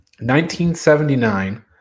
1979